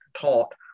taught